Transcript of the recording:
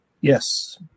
Yes